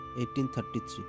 1833